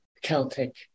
Celtic